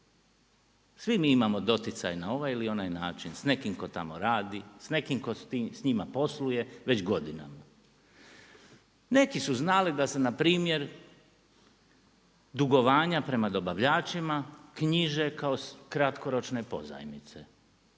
Svi mi imamo doticaj na ovaj ili onaj način s nekim tko tamo radi, s nekim tko s njima posluje već godinama. Neki su znali da se npr. dugovanja prema dobavljačima knjiže kao kratkoročne pozajmice.